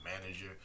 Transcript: manager